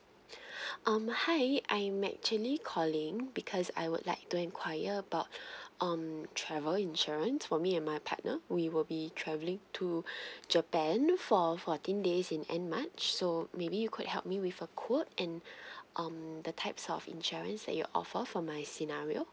um hi I'm actually calling because I would like to inquire about um travel insurance for me and my partner we will be travelling to japan for fourteen days in end march so maybe you could help me with a quote and um the types of insurance that you'll offer for my scenario